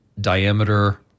diameter